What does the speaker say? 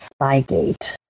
Spygate